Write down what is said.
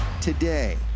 today